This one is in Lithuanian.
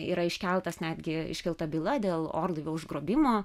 yra iškeltas netgi iškelta byla dėl orlaivio užgrobimo